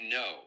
no